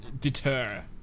deter